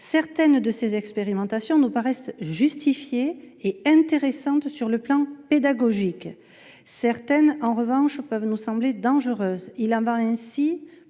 certaines de ces expérimentations nous paraissent justifiées et intéressantes sur le plan pédagogique, d'autres, en revanche, nous semblent dangereuses. Il en va ainsi